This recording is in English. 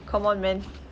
come on man